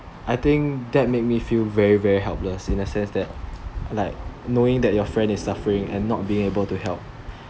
I think that made me feel very very helpless in the sense that like knowing that your friend is suffering and not being able to help